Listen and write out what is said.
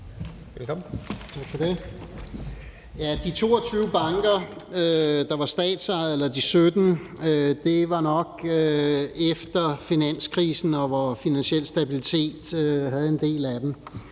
17 banker, der var statsejede, var nok efter finanskrisen, og Finansiel Stabilitet havde en del af dem.